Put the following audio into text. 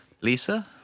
Lisa